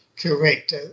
Correct